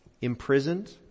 imprisoned